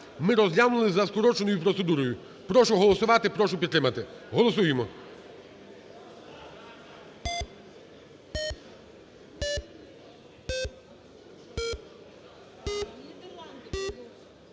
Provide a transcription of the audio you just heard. ми розглянули за скороченою процедурою. Прошу голосувати. Прошу підтримати. Голосуємо.